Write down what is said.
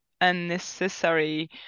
unnecessary